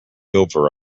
over